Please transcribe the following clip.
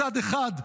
מצד אחד,